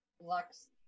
Lux